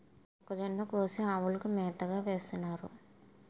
మొక్కజొన్న కోసి ఆవులకు మేతగా వేసినారు